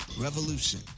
revolution